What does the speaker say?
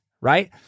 right